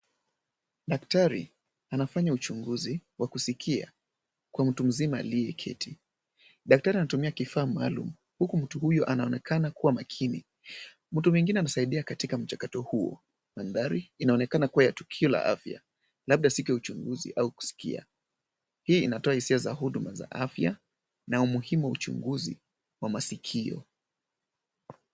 Daktari anafanya uchunguzi wa kusikia kwa mtu mzima aliyeketi. Daktari anatumia kifaa maalum huku mtu huyo anaonekana kuwa makini. Mtu mwingine amesaidia katika mchakato huo. Mandhari inaonekana kuwa ya tukio la afya labda siku ya uchunguzi au kuskia. Hii inatoa hisia za huduma za afya na umuhimu wa uchunguzi wa masikio.